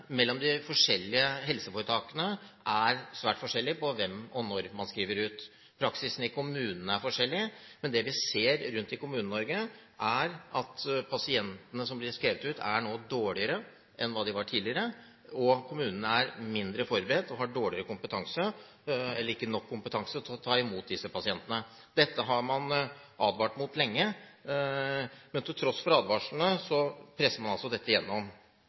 mellom de forskjellige helseforetakene er svært forskjellig med hensyn til hvem og når man skriver ut, og praksisen i kommunene er forskjellig. Men det vi ser rundt i Kommune-Norge, er at pasientene som blir skrevet ut, nå er dårligere enn de var tidligere, og kommunene er mindre forberedt og har dårligere kompetanse – eller ikke nok kompetanse – til å ta imot disse pasientene. Dette har man advart mot lenge, men til tross for advarslene presser man altså dette